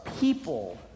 people